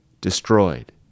destroyed